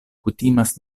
kutimas